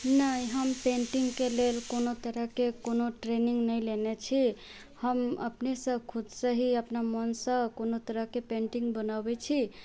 नहि हम पेंटिङ्गके लेल कोनो तरहके कोनो ट्रेनिङ्ग नहि लेने छी हम अपने से खुद से ही अपना मन से कोनो तरहके पेंटिङ्ग बनबैत छी